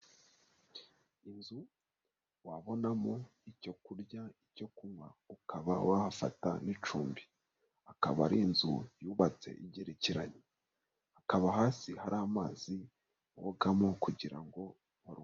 Inzu wabonamo icyo kurya, icyo kunywa, ukaba wahafata n'icumbi, akaba ari inzu yubatse igerekeranye, hakaba hasi hari amazi wogamo kugira ngo uruhuke.